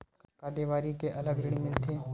का देवारी के अलग ऋण मिलथे?